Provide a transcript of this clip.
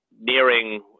nearing